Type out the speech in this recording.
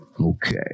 Okay